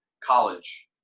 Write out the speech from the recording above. college